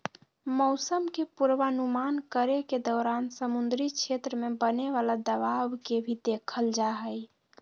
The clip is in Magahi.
मौसम के पूर्वानुमान करे के दौरान समुद्री क्षेत्र में बने वाला दबाव के भी देखल जाहई